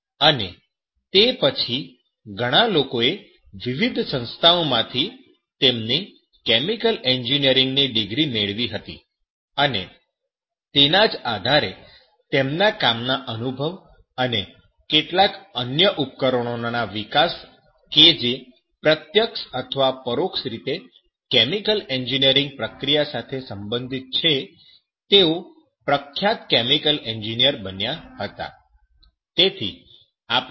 અને તે પછી ઘણા લોકોએ વિવિધ સંસ્થાઓમાંથી તેમની કેમિકલ એન્જિનિયરિંગની ડિગ્રી મેળવી હતી અને તેના જ આધારે તેમના કામના અનુભવ અને કેટલાક અન્ય ઉપકરણોના વિકાસ કે જે પ્રત્યક્ષ અથવા પરોક્ષ રીતે કેમિકલ એન્જિનિયરિંગ પ્રક્રિયા સાથે સંબંધિત છે તેઓ પ્રખ્યાત કેમિકલ એન્જિનિયર બન્યા હતા